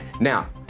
Now